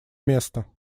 место